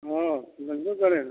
हाँ लगबे करेगा